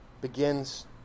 begins